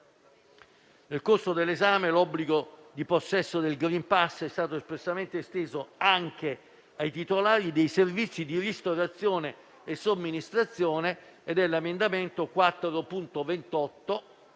Nel corso dell'esame in Commissione l'obbligo di possesso del *green pass* è stato espressamente esteso anche ai titolari dei servizi di ristorazione e somministrazione (emendamento 4.28).